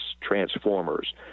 transformers